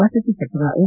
ವಸತಿ ಸಚಿವ ಎಂ